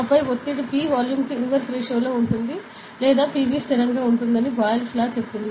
ఆపై pressure P వాల్యూమ్కు inverse ratio లో ఉంటుంది లేదా పివి స్థిరంగా ఉంటుందని అని బాయిల్స్ లా చెప్తుంది